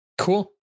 cool